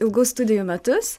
ilgus studijų metus